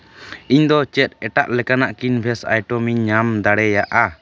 ᱤᱧ ᱫᱚ ᱪᱮᱫ ᱮᱴᱟᱜ ᱞᱮᱠᱟᱱᱟᱜ ᱠᱤᱱᱵᱷᱮᱥ ᱟᱭᱴᱚᱢ ᱤᱧ ᱧᱟᱢ ᱫᱟᱲᱮᱭᱟᱜᱼᱟ